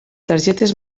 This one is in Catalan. targetes